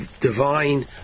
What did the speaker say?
divine